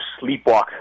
sleepwalk